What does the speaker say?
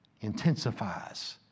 intensifies